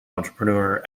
entrepreneur